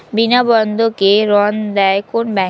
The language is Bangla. বিনা বন্ধকে ঋণ দেয় কোন ব্যাংক?